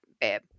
babe